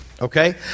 okay